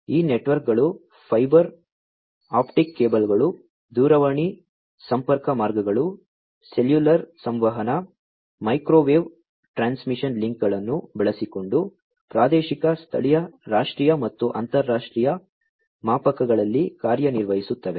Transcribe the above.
ಈ ನೆಟ್ವರ್ಕ್ಗಳು fibre optic ಕೇಬಲ್ಗಳು ದೂರವಾಣಿ ಸಂಪರ್ಕ ಮಾರ್ಗಗಳು ಸೆಲ್ಯುಲಾರ್ ಸಂವಹನ ಮೈಕ್ರೋವೇವ್ ಟ್ರಾನ್ಸ್ಮಿಷನ್ ಲಿಂಕ್ಗಳನ್ನು ಬಳಸಿಕೊಂಡು ಪ್ರಾದೇಶಿಕ ಸ್ಥಳೀಯ ರಾಷ್ಟ್ರೀಯ ಮತ್ತು ಅಂತರರಾಷ್ಟ್ರೀಯ ಮಾಪಕಗಳಲ್ಲಿ ಕಾರ್ಯನಿರ್ವಹಿಸುತ್ತವೆ